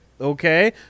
Okay